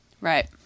Right